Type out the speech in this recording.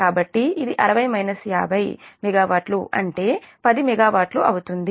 కాబట్టి ఇది 60 50 మెగావాట్లు అంటే 10 మెగావాట్లు అవుతుంది